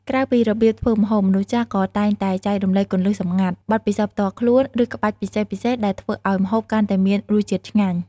ក្រៅពីរបៀបធ្វើម្ហូប មនុស្សចាស់ក៏តែងតែចែករំលែកគន្លឹះសម្ងាត់ បទពិសោធន៍ផ្ទាល់ខ្លួន ឬក្បាច់ពិសេសៗដែលធ្វើឱ្យម្ហូបកាន់តែមានរសជាតិឆ្ងាញ់។